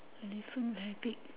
elephant very big